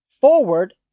Forward